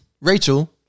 Rachel